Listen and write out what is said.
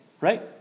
right